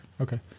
Okay